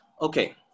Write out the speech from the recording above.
Okay